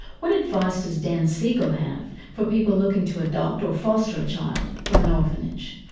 what advice does dan siegel have for people looking to adopt or foster a child from an orphanage?